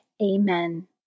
Amen